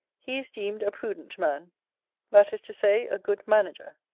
he is deemed a prudent man that is to say a good manager.